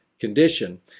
condition